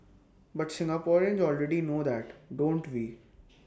but Singaporeans already know that don't we